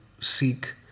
seek